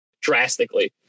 drastically